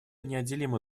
неотделимы